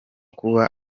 kuba